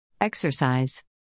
Exercise